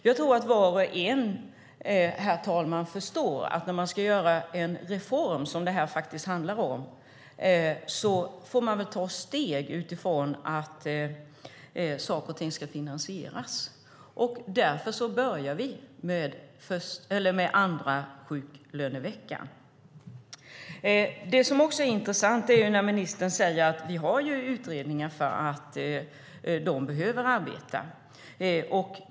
Jag tror att var och en förstår att när man ska göra en reform som detta faktiskt handlar om får man ta steg utifrån att saker och ting ska finansieras. Därför börjar vi med andra sjuklöneveckan. Det är intressant när ministern säger att vi har utredningar för att de behöver arbeta.